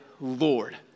Lord